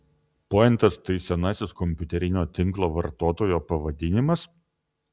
pointas tai senasis kompiuterinio tinklo vartotojo pavadinimas